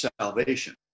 salvation